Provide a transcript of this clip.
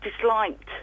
disliked